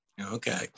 Okay